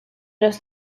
los